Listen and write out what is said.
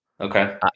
Okay